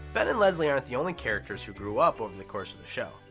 ben and leslie aren't the only characters who grew up over the course of the show.